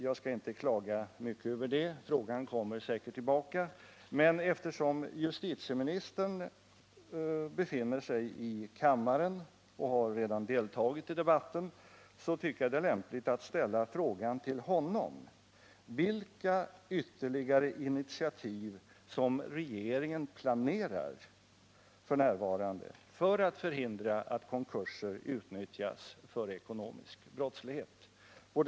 Jag skall inte klaga över det — frågan kommer säkert tillbaka — men eftersom justitieministern befinner sig i kammaren sedan han redan har deltagit i debatten, tycker jag det är lämpligt att ställa frågan till honom: Vilka ytterligare initiativ för att förhindra att konkurser utnyttjas för ekonomisk brottslighet planerar regeringen f. n.?